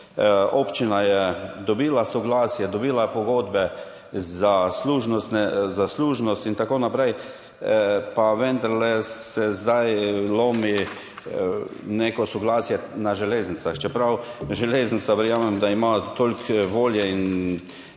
Občina je dobila soglasje, dobila je pogodbe za služnost in tako naprej, pa vendarle se zdaj lomi neko soglasje na železnicah, čeprav verjamem, da ima železnica toliko volje in